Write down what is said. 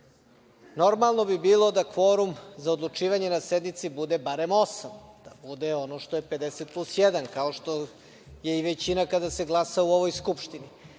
normalno bi bilo da kvorum za odlučivanje na sednici bude barem osam, da bude ono što je 50 plus 1, kao što je većina kada se glasa u ovoj Skupštini.